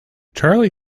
charlie